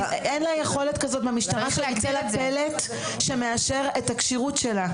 אין לה יכולת כזאת שהמשטרה תוציא לה פלט שמאשר את הכשירות שלה.